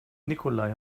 nikolai